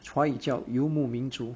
华语叫游牧名族